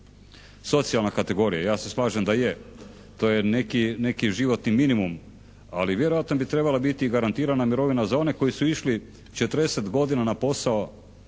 socijalna kategorija, ja se slažem da je, to je neki životni minimum, ali vjerojatno bi trebala biti garantirana mirovina za one koji su išli 40 godina na posao